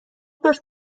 باش